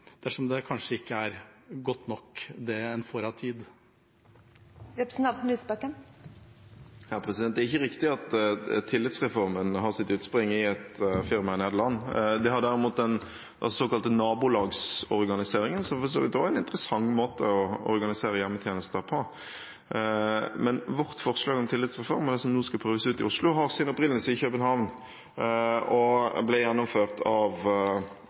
dersom det kanskje ikke er godt nok det som en får av tid? Det er ikke riktig at tillitsreformen har sitt utspring i et firma i Nederland. Det har derimot den såkalte nabolagsorganiseringen, som for så vidt også er en interessant måte å organisere hjemmetjenester på. Vårt forslag om tillitsreform, som nå skal prøves ut i Oslo, har sin opprinnelse i København og ble gjennomført av